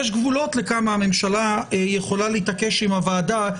יש גבולות כמה הממשלה יכולה להתעקש עם הוועדה.